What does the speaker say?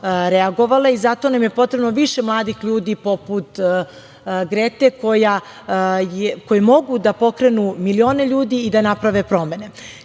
i zato nam je potrebno više mladih ljudi poput Grete koji mogu da pokrenu milione ljudi i da naprave promene. Kao